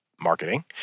marketing